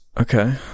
Okay